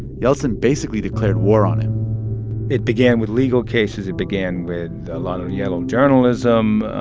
yeltsin basically declared war on him it began with legal cases. it began with a lot of yellow journalism.